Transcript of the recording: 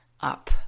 up